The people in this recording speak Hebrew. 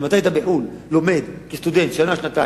אם אתה לומד בחו"ל כסטודנט שנה-שנתיים,